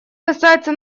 касается